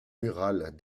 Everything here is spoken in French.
murales